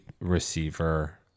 receiver